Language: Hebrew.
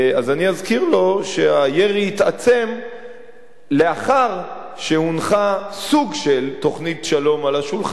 אז אני אזכיר לו שהירי התעצם לאחר שהונחה סוג של תוכנית שלום על השולחן.